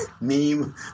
meme